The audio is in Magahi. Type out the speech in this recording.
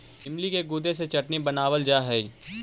इमली के गुदे से चटनी बनावाल जा हई